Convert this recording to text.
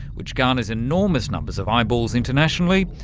which garners enormous numbers of eyeballs internationally,